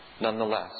nonetheless